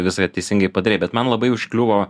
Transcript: visai teisingai padarei bet man labai užkliuvo